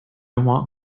want